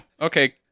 Okay